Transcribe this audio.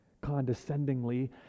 condescendingly